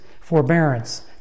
forbearance